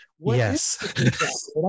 yes